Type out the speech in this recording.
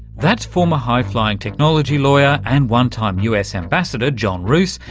that's former high-flying technology lawyer and one-time us ambassador john roos,